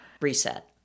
reset